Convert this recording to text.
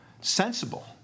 sensible